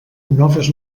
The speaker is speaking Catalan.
noves